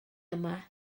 yma